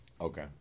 Okay